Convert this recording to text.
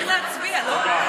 צריך להצביע, לא?